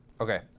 Okay